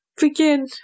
begin